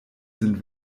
sind